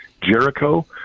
Jericho